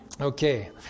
Okay